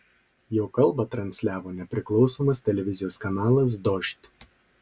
jo kalbą transliavo nepriklausomas televizijos kanalas dožd